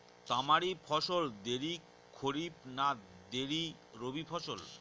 তামারি ফসল দেরী খরিফ না দেরী রবি ফসল?